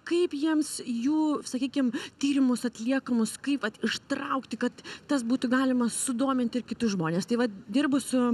kaip jiems jų sakykim tyrimus atliekamus kaip vat ištraukti kad tas būtų galima sudominti ir kitus žmones tai vat dirbu su